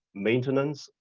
maintenance,